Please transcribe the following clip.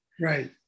Right